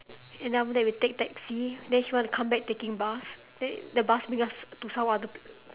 and then after that we take taxi then she want to come back taking bus then the bus bring us to some other